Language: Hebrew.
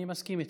אני מסכים איתך.